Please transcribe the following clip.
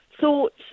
thoughts